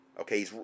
okay